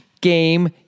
game